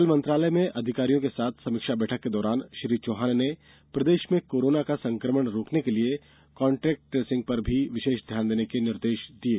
कल मंत्रालय में अधिकारियों के साथ समीक्षा बैठक के दौरान श्री चौहान ने प्रदेश में कोरोना का संक्रमण रोकने के लिए कॉन्ट्रेक्ट ट्रेसिंग पर विशेष ध्यान देने के निर्देश दिये